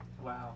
Wow